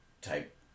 type